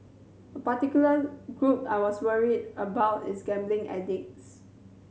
a particular group I was worried about is gambling addicts